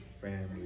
family